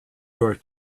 your